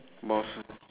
boss